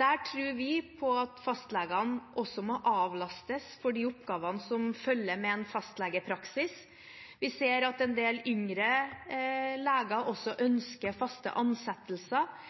Der tror vi på at fastlegene også må avlastes når det gjelder de oppgavene som følger med en fastlegepraksis. Vi ser at en del yngre leger også ønsker faste ansettelser.